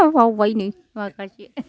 आं बावबाय नै माखासे